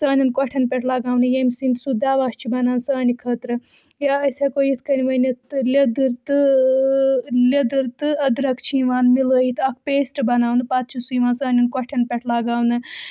سانن کۄٹھٮ۪ن پٮ۪ٹھ لَگاونہٕ یمہِ سِنٛد سُہ دَوا چھِ بَنان سانہٕ خٲطرٕ یا أسۍ ہیٚکو یِتھ کٔنۍ ؤنِتھ لیٚدٕر تہٕ لیٚدٕر تہٕ اَدرَک چھِ یِوان مِلٲیِتھ اکھ پیسٹ بَناونہٕ پَتہٕ چھُ سُہ یِوان سانن کوٚٹھٮ۪ن پٮ۪ٹھ لَگاونہٕ